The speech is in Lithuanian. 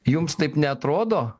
jums taip neatrodo